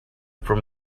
from